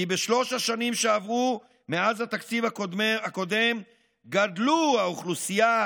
כי בשלוש השנים שעברו מאז התקציב הקודם גדלו האוכלוסייה,